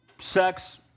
sex